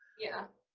yeah.